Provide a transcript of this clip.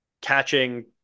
catching